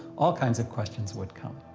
all kinds of question would come.